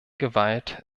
gewalt